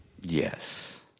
Yes